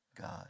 God